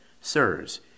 Sirs